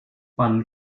man